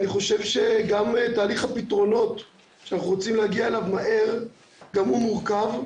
גם תהליך הפתרונות שאנחנו רוצים להגיע אליו מהר מורכב,